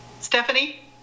Stephanie